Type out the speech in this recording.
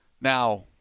Now